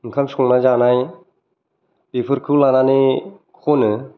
ओंखाम संना जानाय बेफोरखौ लानानै खनो